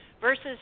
versus